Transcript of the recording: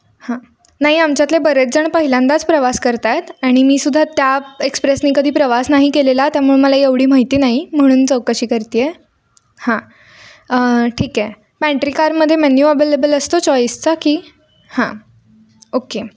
हां नाही आमच्यातले बरेचजण पहिल्यांदाच प्रवास करत आहेत आणि मीसुद्धा त्या एक्सप्रेसनी कधी प्रवास नाही केलेला त्यामुळं मला एवढी माहिती नाही म्हणून चौकशी करते आहे हां ठीक आहे पॅन्ट्री कारमध्ये मेन्यू अव्लेबल असतो चॉईसचा की हां ओके